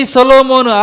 Solomon